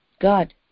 God